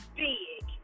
big